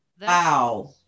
wow